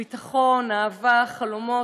ביטחון, אהבה, חלומות